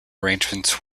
arrangements